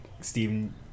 Steven